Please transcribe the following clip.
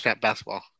basketball